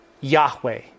Yahweh